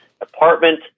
apartment